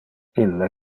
ille